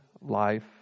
life